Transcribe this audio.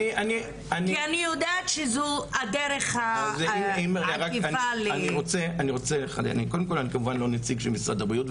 כי אני יודעת שזו הדרך העקיפה --- אני לא נציג של משרד הבריאות,